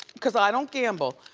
cause i don't gamble,